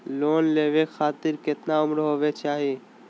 Loan लेवे खातिर केतना उम्र होवे चाही?